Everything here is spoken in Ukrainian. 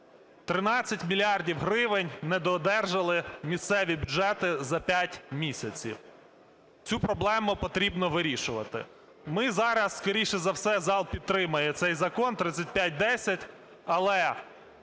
13 мільярдів гривень недоодержали місцеві бюджети за 5 місяців, цю проблему потрібно вирішувати. Ми зараз, скоріше за все, зал підтримає цей закон 3510, але